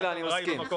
גילה, אני מסכים.